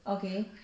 okay